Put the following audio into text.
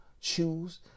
choose